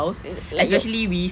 l~ like yo~